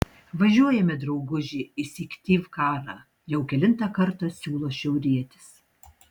važiuojame drauguži į syktyvkarą jau kelintą kartą siūlo šiaurietis